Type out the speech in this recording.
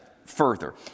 Further